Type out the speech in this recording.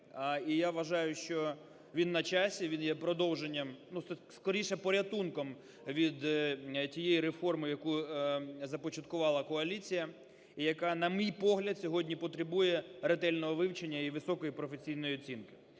і я вважаю, що він на часі, він є продовженням… ну скоріше порятунком від тієї реформи, яку започаткувала коаліція і яка, на мій погляд, сьогодні потребує ретельного вивчення і високої професійної оцінки.